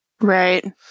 Right